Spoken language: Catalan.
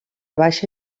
baixa